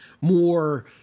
more